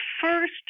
first